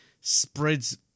spreads